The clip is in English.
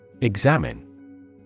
Examine